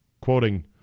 quoting